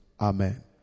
amen